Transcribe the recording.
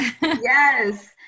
Yes